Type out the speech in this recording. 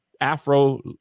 Afro